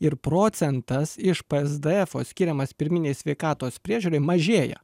ir procentas iš psdfo skiriamas pirminei sveikatos priežiūrai mažėja